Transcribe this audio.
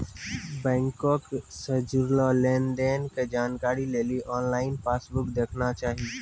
बैंको से जुड़लो लेन देनो के जानकारी लेली आनलाइन पासबुक देखना चाही